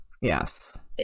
yes